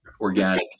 organic